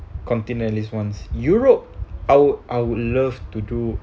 continent at least once europe I would I would love to do